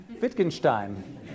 Wittgenstein